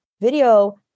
video